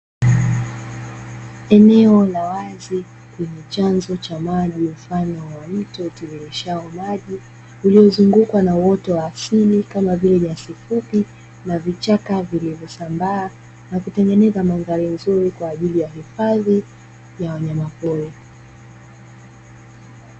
Eneo la wazi lenye chanzo cha maji mfano wa mto utiririshao maji, uliozungukwa na uoto wa asili kama vile; nyasi fupi na vichaka vilivyosambaa na kutengeneza mandhari nzuri kwa ajili ya uhifadhi wa wanyamapori.